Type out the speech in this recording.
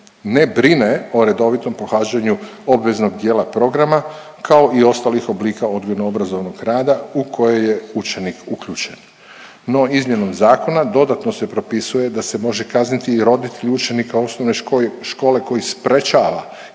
ne brine o redovitom pohađanju obveznog dijela programa kao i ostalih oblika odgojno obrazovnog rada u koje je učenik uključen. No izmjenom zakona dodatno se propisuje da se može kazniti i roditelj učenika osnovne škole koji sprječava